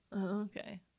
Okay